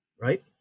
right